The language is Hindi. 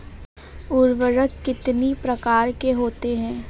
उर्वरक कितनी प्रकार के होते हैं?